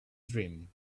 dream